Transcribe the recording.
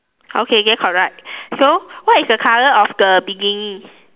okay then correct so what is the color of the bikini